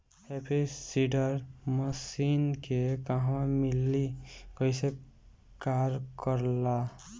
Happy seeder machine के कहवा मिली कैसे कार कर ला?